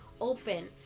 open